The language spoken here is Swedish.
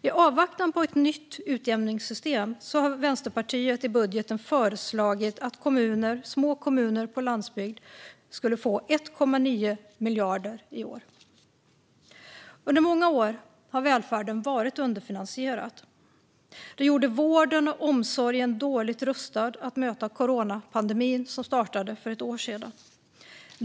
I avvaktan på ett nytt utjämningssystem har Vänsterpartiet i budgeten föreslagit att små kommuner på landsbygden ska få 1,9 miljarder i år. Under många år har välfärden varit underfinansierad. Det gjorde vården och omsorgen dåligt rustade att möta coronapandemin, som startade för ett år sedan.